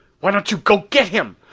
why don't you go get him?